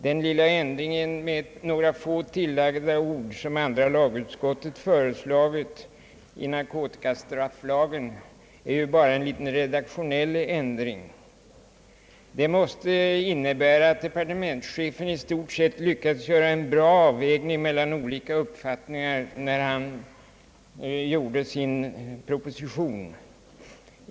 Den lilla ändringen med några få tillagda ord som andra lagutskottet föreslagit i narkotikastrafflagen är bara en liten redaktionell ändring. Det måste innebära att departementschefen i stort sett lyckats göra en bra avvägning mellan olika uppfattningar när han utarbetade sin proposition.